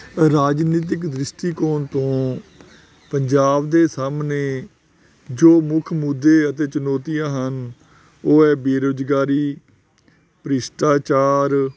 ਰਾਜਨੀਤਿਕ ਦ੍ਰਿਸ਼ਟੀਕੋਣ ਤੋਂ ਪੰਜਾਬ ਦੇ ਸਾਹਮਣੇ ਜੋ ਮੁੱਖ ਮੁੱਦੇ ਅਤੇ ਚੁਣੌਤੀਆਂ ਹਨ ਉਹ ਹੈ ਬੇਰੁਜ਼ਗਾਰੀ ਭਰਿਸ਼ਟਾਚਾਰ